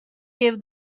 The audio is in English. gave